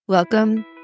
Welcome